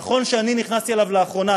נכון שאני נכנסתי אליו לאחרונה,